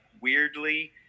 weirdly